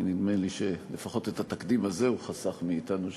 נדמה לי שלפחות את התקדים הזה הוא חסך מאתנו,